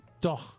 Doch